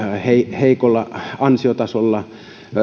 heikolla ansiotasolla